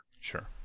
Sure